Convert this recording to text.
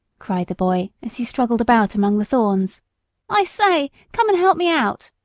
cried the boy as he struggled about among the thorns i say, come and help me out.